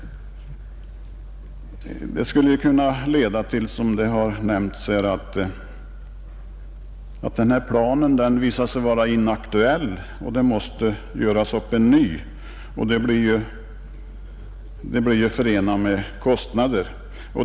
Det skulle kunna leda till, som har nämnts här, att planen så småningom visar sig vara inaktuell och att det måste göras upp en ny, vilket i sin tur är förenat med kostnader.